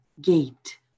gate